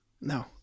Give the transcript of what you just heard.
no